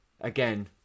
again